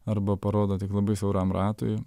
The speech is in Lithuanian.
arba parodo tik labai siauram ratui